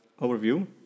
overview